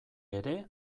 ere